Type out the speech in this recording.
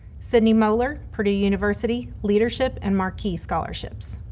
sydney moeller, purdue university, leadership and marquis scholarships.